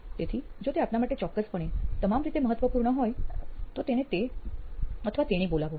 તેથી જો તે આપના માટે ચોક્કસપણે તમામ રીતે મહત્વપૂર્ણ હોય તો તેને તે અથવા તેણી બોલાવો